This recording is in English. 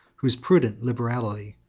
whose prudent liberality,